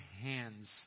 hands